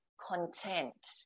content